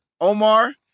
Omar